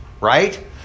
Right